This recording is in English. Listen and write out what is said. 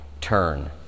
turn